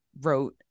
wrote